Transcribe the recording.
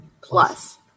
plus